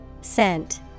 Scent